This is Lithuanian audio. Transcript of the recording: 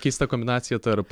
keista kombinacija tarp